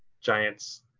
giant's